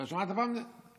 אתה שמעת פעם את זה?